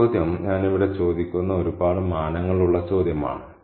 ഈ ചോദ്യം ഞാൻ ഇവിടെ ചോദിക്കുന്ന ഒരുപാട് മാനങ്ങൾ ഉള്ള ചോദ്യമാണ്